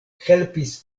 helpis